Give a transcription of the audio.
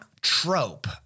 trope